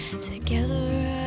together